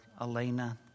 Elena